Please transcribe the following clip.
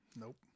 Nope